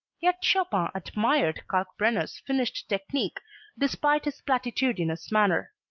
yet chopin admired kalkbrenner's finished technique despite his platitudinous manner.